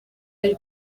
ari